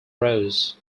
rose